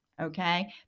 okay